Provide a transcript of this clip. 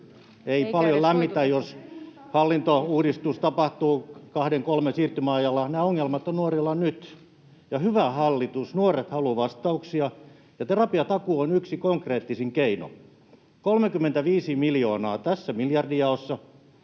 ei paljon lämmitä, jos hallintouudistus tapahtuu 2—3 vuoden siirtymäajalla. Nämä ongelmat ovat nuorilla nyt. Hyvä hallitus, nuoret haluavat vastauksia, ja terapiatakuu on yksi konkreettisimmista keinoista. 35 miljoonaa tässä miljardijaossa